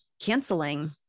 canceling